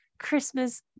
christmas